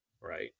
right